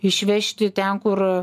išvežti ten kur